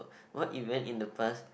what event in the past